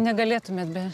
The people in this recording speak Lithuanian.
negalėtumėt be